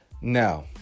Now